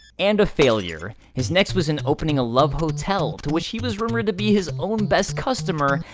and a failure. his next was in opening a love hotel to which he was rumored to be his own best customer,